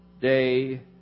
day